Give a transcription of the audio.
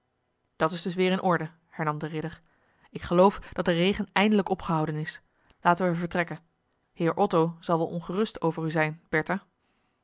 dat is dus weer in orde hernam de ridder ik geloof dat de regen eindelijk opgehouden is laten we vertrekken heer otto zal wel ongerust over u zijn